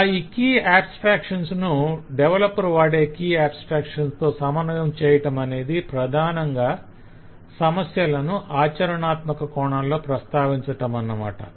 ఇలా ఈ key abstractions ను డెవలపర్ వాడే కీ ఆబస్ట్రాక్షన్స్ తో సమన్వయం చేయటమనేది ప్రధానంగా సమస్యలను ఆచరణాత్మక కోణంలో ప్రస్తావించటమన్నమాట